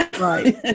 Right